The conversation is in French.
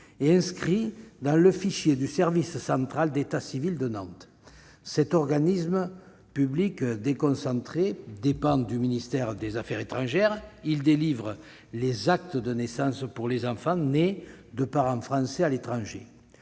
et inscrits au fichier du service central de l'état civil de Nantes. Cet organisme public déconcentré dépend du ministère des affaires étrangères ; il délivre les actes de naissance pour les enfants nés à l'étranger